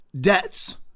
debts